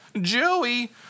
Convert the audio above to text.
Joey